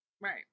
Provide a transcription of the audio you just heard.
Right